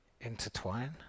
intertwine